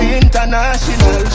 international